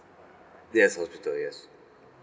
yes hospital yes